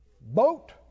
Boat